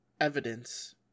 evidence